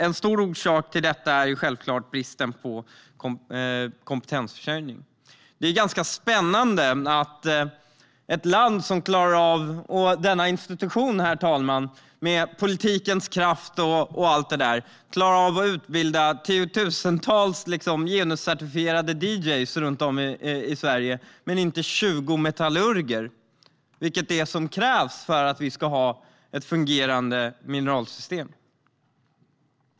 En viktig orsak till detta är naturligtvis bristen på kompetensförsörjning. Det är ganska spännande att ett land - för att inte tala om denna institution, herr talman, med politikens kraft och allt det där - som klarar av att utbilda tiotusentals genuscertifierade dj:ar, inte klarar av att utbilda 20 metallurger, vilket är vad som krävs för att vi ska ha ett fungerande mineralsystem.